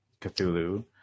Cthulhu